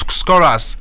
scorers